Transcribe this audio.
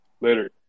Later